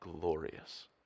glorious